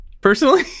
personally